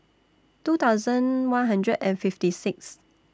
two thousand one hundred and fifty Sixth